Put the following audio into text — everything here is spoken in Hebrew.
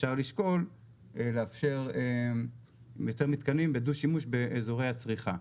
אפשר לשקול לאפשר יותר מתקנים בדו שימוש באזורי הצריכה.